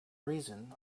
reason